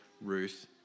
Ruth